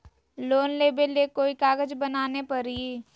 Loan लेबे ले कोई कागज बनाने परी?